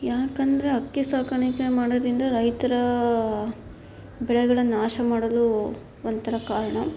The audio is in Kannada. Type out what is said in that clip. ಯಾಕಂದರೆ ಹಕ್ಕಿ ಸಾಗಾಣಿಕೆ ಮಾಡೋದರಿಂದ ರೈತರ ಬೆಳೆಗಳ ನಾಶ ಮಾಡಲು ಒಂಥರ ಕಾರಣ